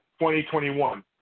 2021